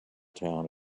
town